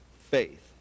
faith